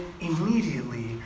immediately